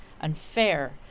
unfair